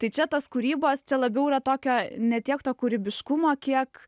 tai čia tos kūrybos čia labiau yra tokio ne tiek to kūrybiškumo kiek